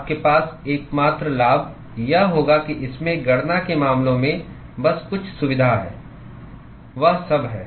आपके पास एकमात्र लाभ यह होगा कि इसमें गणना के मामले में बस कुछ सुविधा है वह सब है